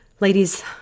Ladies